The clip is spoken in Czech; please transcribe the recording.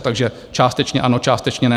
Takže částečně ano, částečně ne.